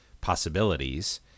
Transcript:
possibilities